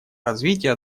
развития